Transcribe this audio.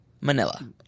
Manila